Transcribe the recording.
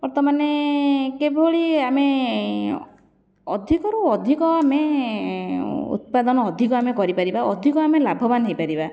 ବର୍ତ୍ତମାନେ କିଭଳି ଆମେ ଅଧିକରୁ ଅଧିକ ଆମେ ଉତ୍ପାଦନ ଅଧିକ ଆମେ କରିପାରିବା ଅଧିକ ଆମେ ଲାଭବାନ ହୋଇପାରିବା